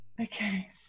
Okay